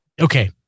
Okay